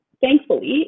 thankfully